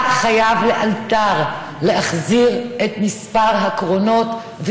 אתה חייב לאלתר להחזיר את הקרונות,